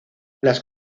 las